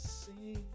see